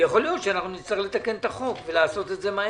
יכול להיות שנצטרך לתקן את החוק ולעשות את זה מהר.